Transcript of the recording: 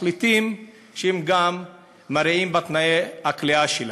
מחליטים שגם מרעים את תנאי הכליאה שלהם.